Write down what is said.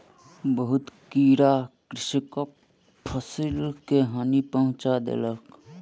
बहुत कीड़ा कृषकक फसिल के हानि पहुँचा देलक